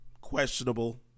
questionable